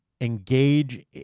engage